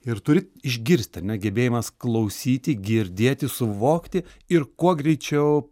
ir turi išgirst ar ne gebėjimas klausyti girdėti suvokti ir kuo greičiau